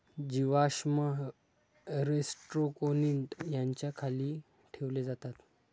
जीवाश्म रोस्ट्रोकोन्टि याच्या खाली ठेवले जातात